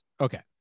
Okay